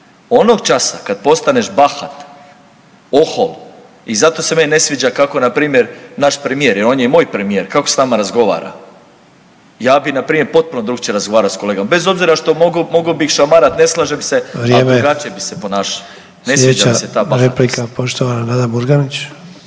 Onog časa kad postaneš bahat, ohol i zato se meni ne sviđa kako npr. naš premijer jer on je i moj premijer kako s nama razgovara. Ja bi npr. potpuno drugačije razgovarao s kolegom, bez obzira što mogao bih šamarat ne slažem se, ali drugačije bih se …/Upadica: Vrijeme./… ponašao.